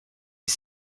est